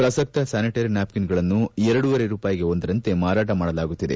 ಪ್ರಸಕ್ತ ಸ್ಥಾನಿಟರಿ ನ್ವಾಪ್ಕಿನ್ಗಳನ್ನು ಎರಡೂವರೆ ರೂಪಾಯಿಗೆ ಒಂದರಂತೆ ಮಾರಾಟ ಮಾಡಲಾಗುತ್ತಿದೆ